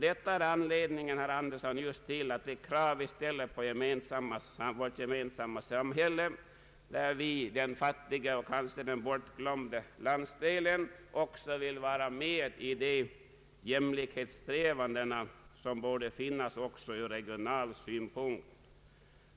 Detta är anledningen, herr Andersson, till de krav vi ställer på vårt gemensamma samhälle, där vi — den fattiga och kanske bortglömda landsdelen — också vill vara med i jämlikhetssträvandena ur regional synpunkt.